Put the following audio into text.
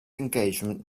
engagement